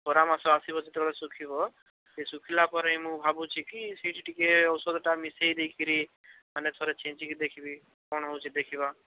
ଖରା ମାସ ଆସିବ ଯେତେବେଳେ ଶୁଖିବ ସେ ଶୁଖିଲା ପରେ ହିଁ ମୁଁ ଭାବୁଛି କି ସେଇଠି ଟିକିଏ ଔଷଧଟା ମିଶାଇ ଦେଇକରି ମାନେ ଥରେ ଛିଞ୍ଚିକି ଦେଖିବି କ'ଣ ହେଉଛି ଦେଖିବା